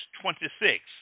twenty-six